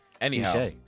Anyhow